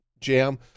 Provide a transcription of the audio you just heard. jam